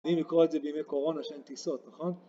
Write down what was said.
נהנים לקרוא את זה בימי קורונה שאין טיסות, נכון?